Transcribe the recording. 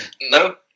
no